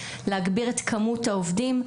להגביר את כמות העובדים,